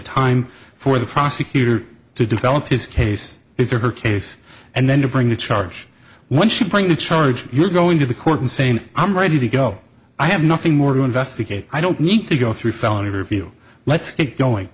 time for the prosecutor to develop his case is there her case and then you bring the charge once you bring a charge you're going to the court insane i'm ready to go i have nothing more to investigate i don't need to go through felony review let's get going